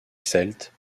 celtes